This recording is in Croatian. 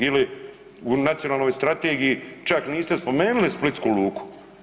Ili u nacionalnoj strategiji čak niste spomenuli splitsku luku.